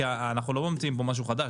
כי אנחנו לא ממציאים פה משהו חדש.